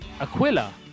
Aquila